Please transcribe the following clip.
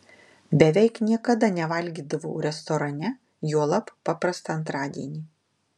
beveik niekada nevalgydavau restorane juolab paprastą antradienį